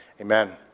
amen